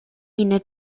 ina